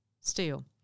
steel